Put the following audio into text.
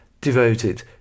devoted